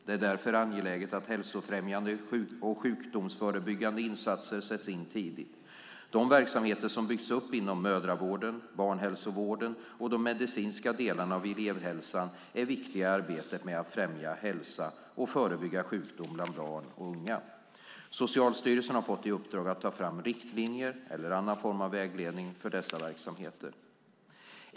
Det är därför angeläget att hälsofrämjande och sjukdomsförebyggande insatser sätts in tidigt. De verksamheter som byggts upp inom mödravården, barnhälsovården och de medicinska delarna av elevhälsan är viktiga i arbetet med att främja hälsa och förebygga sjukdom bland barn och unga. Socialstyrelsen har fått i uppdrag att ta fram riktlinjer eller annan form av vägledning för dessa verksamheter.